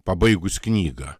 pabaigus knygą